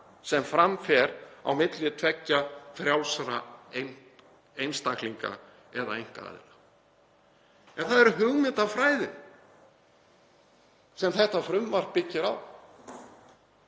sem fram fer á milli tveggja frjálsra einstaklinga eða einkaaðila. Það er hugmyndafræðin sem þetta frumvarp byggir á.